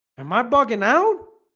am i buggin out